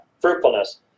fruitfulness